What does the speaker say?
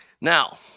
Now